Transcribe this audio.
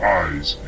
eyes